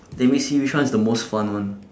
let me see which one is the most fun one